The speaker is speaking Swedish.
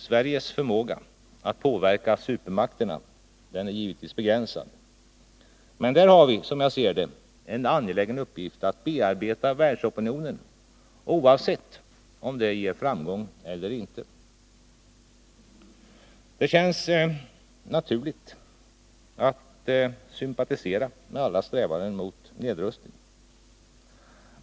Sveriges förmåga att påverka supermakterna är givetvis begränsad, men där har vi, som jag ser det, en angelägen uppgift att bearbeta världsopinionen, oavsett om det ger framgång eller inte. Det känns naturligt att sympatisera med alla strävanden mot nedrustning.